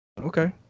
Okay